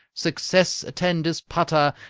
success attend his putter!